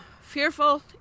fearful